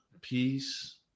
peace